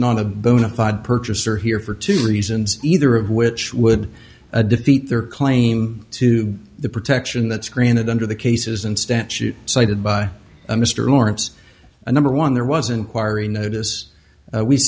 not a bona fide purchaser here for two reasons either of which would defeat their claim to the protection that's granted under the cases and statute cited by mr lawrence a number one there wasn't quire a notice